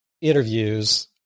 interviews